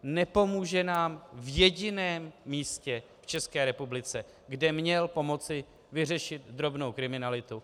Nepomůže nám v jediném místě v České republice, kde měl pomoci vyřešit drobnou kriminalitu.